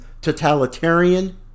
Totalitarian